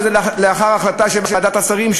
שזה לאחר החלטה של ועדת השרים,